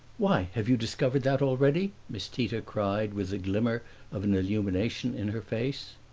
why, have you discovered that already? miss tita cried with the glimmer of an illumination in her face.